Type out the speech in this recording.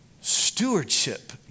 stewardship